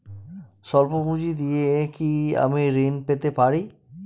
সল্প পুঁজি দিয়ে কি আমি ঋণ পেতে পারি?